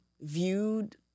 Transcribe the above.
viewed